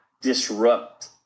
disrupt